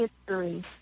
history